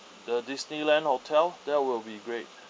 the Disneyland hotel that will be great